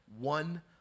one